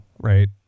right